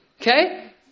okay